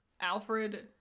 Alfred